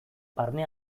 barne